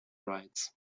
rights